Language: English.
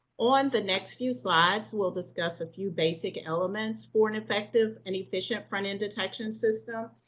on the next few slides, we'll discuss a few basic elements for an effective and efficient front-end detection system,